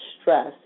stress